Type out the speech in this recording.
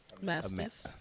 Mastiff